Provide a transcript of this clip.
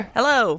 Hello